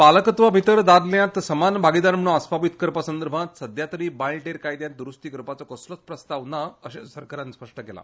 पालकत्वा भितर दादल्यांत समान भागीदार म्हण आसपावीत करपा संदर्भांत सध्या तरी बाळंटेर कायद्यांत दुरुस्ती करपाचो कसलोच प्रस्ताव ना अर्शे सरकारान स्पश्ट केला